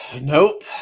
Nope